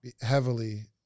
Heavily